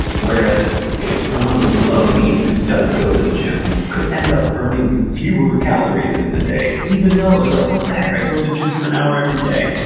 whereas you know someone with low neat, who does go to the gym, could end up burning fewer calories in the day, even though they're like, what the heck, i go to the gym for an hour every day.